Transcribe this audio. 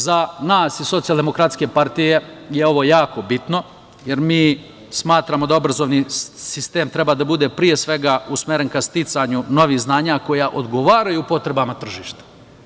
Za nas iz Socijaldemokratske partije je ovo jako bitno jer mi smatramo da obrazovni sistem treba da bude, pre svega, usmeren ka sticanju novih znanja koja odgovaraju potrebama tržišta.